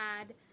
add